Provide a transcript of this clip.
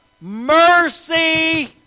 mercy